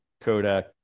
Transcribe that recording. Kodak